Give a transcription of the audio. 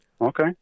Okay